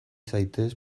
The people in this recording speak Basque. zaitez